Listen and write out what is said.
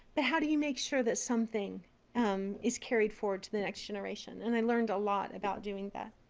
but how do you make sure that something is carried forward to the next generation? and i learned a lot about doing that.